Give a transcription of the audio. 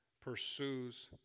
pursues